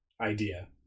idea